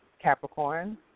Capricorn